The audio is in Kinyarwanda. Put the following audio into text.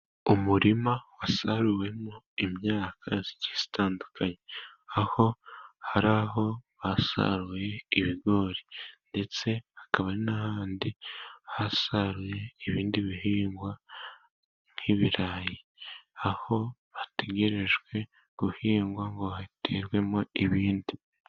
Umurima wasaruwemo imyaka igiye itandukanye, aho hari aho basaruye ibigori ndetse hakaba n'ahandi hasaruwe ibindi bihingwa nk'ibirayi, aho hategerejwe guhingwa ngo haterwemo ibindi.